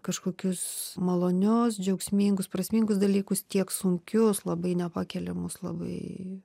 kažkokius malonios džiaugsmingus prasmingus dalykus tiek sunkius labai nepakeliamus labai